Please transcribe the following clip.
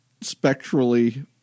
spectrally